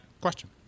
question